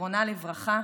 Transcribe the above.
זיכרונה לברכה,